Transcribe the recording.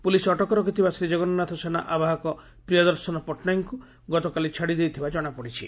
police ଅଟକ ରଖିଥିବା ଶ୍ରୀଜଗନ୍ନାଥ ସେନା ଆବାହକ ପ୍ରିୟଦର୍ଶନ ପଟ୍ଟନାୟକଙ୍ଙ୍ ଗତକାଲି ଛାଡି ଦେଇଥିବା ଜଣାପଡିଛି